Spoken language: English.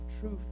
truth